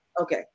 Okay